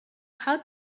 how